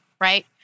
right